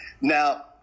Now